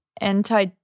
anti